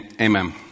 amen